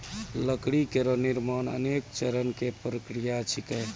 लकड़ी केरो निर्माण अनेक चरण क प्रक्रिया छिकै